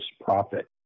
profit